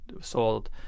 sold